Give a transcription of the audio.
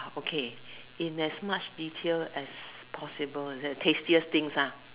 okay in as much detail as possible is it tastiest things ah